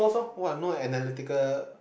!wah! no analytical